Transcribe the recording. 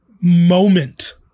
moment